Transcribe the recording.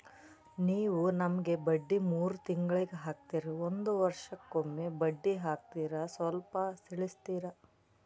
ನೀವು ನಮಗೆ ಬಡ್ಡಿ ಮೂರು ತಿಂಗಳಿಗೆ ಹಾಕ್ತಿರಾ, ಒಂದ್ ವರ್ಷಕ್ಕೆ ಒಮ್ಮೆ ಬಡ್ಡಿ ಹಾಕ್ತಿರಾ ಸ್ವಲ್ಪ ತಿಳಿಸ್ತೀರ?